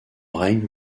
règne